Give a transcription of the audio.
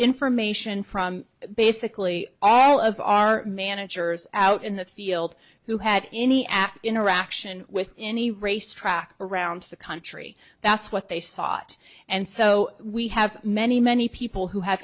information from basically all of our managers out in the field who had any at interaction with any race track around the country that's what they sought and so we have many many people who have